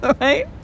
Right